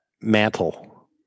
mantle